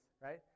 right